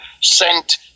sent